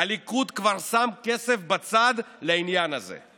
הליכוד כבר שם כסף בצד לעניין הזה.